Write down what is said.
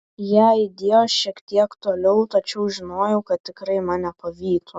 jie aidėjo šiek tiek toliau tačiau žinojau kad tikrai mane pavytų